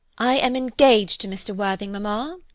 i am engaged to mr. worthing, mamma.